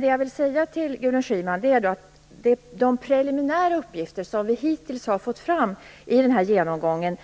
Det jag vill säga till Gudrun Schyman är att de preliminära uppgifter som vi hittills har fått fram i denna genomgång